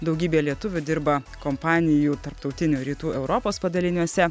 daugybė lietuvių dirba kompanijų tarptautinių rytų europos padaliniuose